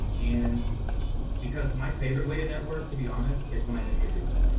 um and because my favorite way to network, to be honest, is when i'm introduced